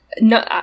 no